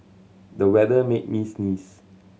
the weather made me sneeze